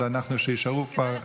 אז שיישארו כבר,